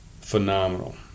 phenomenal